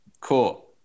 Cool